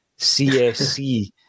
CSC